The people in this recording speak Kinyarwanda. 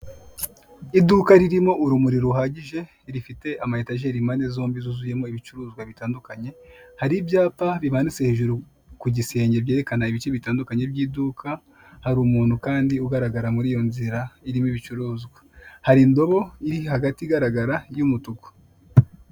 Iduka ririmo urumuri ruhagije, rifite ama etajeri impande zombi zuzuyemo ibicuruzwa bitandukanye. Har'ibyapa bimanitse hejuru ku gisenge byerekana ibice bitandukanye by'iduka. Har'umuntu kandi ugaragara muriyo nzira irimo ibicuruzwa. Hari indobo iri hagati igaragara y'umutuku.